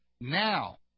Now